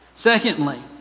Secondly